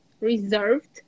reserved